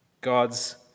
God's